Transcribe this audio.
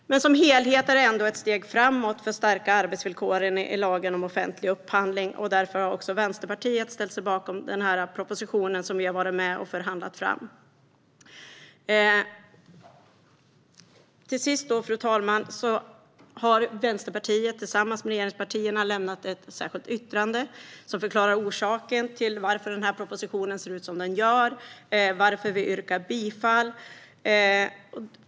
Som helhet är det ändå ett steg framåt för att stärka arbetsvillkoren i lagen om offentlig upphandling. Därför har också Vänsterpartiet ställt sig bakom den här propositionen, som vi har varit med och förhandlat fram. Fru talman! Till sist, Vänsterpartiet har tillsammans med regeringspartierna lämnat ett särskilt yttrande som förklarar varför den här propositionen ser ut som den gör och varför vi yrkar bifall.